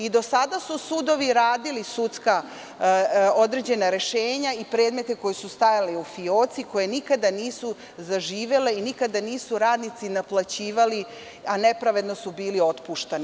I do sada su sudovi radili određena rešenja i predmete koji su stajali u fioci, koji nikada nisu zaživeli i nikada nisu radnici naplaćivali, a nepravedno su bili otpuštani.